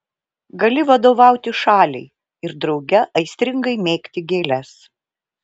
gali vadovauti šaliai ir drauge aistringai mėgti gėles